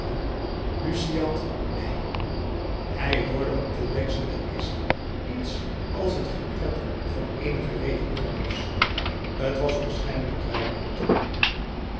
luceat ei hij hoorde op het deksel der kist iets als het gekletter van eenige regendroppels t was waarschijnlijk